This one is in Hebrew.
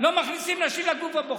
לא מכניסים נשים לגוף הבוחר?